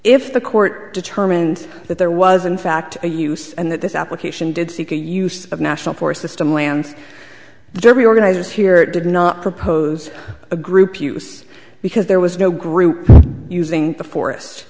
if the court determined that there was in fact a use and that this application did seek a use of national forest system lands derby organizers here did not propose a group use because there was no group using the forest